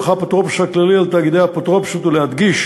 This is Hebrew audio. האפוטרופוס הכללי על תאגידי האפוטרופסות ולהדגיש